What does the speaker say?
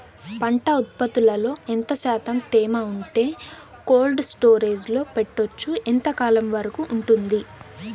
పంట ఉత్పత్తులలో ఎంత శాతం తేమ ఉంటే కోల్డ్ స్టోరేజ్ లో పెట్టొచ్చు? ఎంతకాలం వరకు ఉంటుంది